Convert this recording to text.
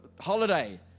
holiday